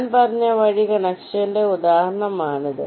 ഞാൻ പറഞ്ഞ വഴി കണക്ഷന്റെ ഉദാഹരണമാണിത്